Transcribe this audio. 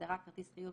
בהגדרה "כרטיס חיוב",